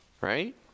right